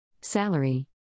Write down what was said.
Salary